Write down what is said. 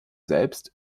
selbst